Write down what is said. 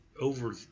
over